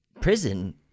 prison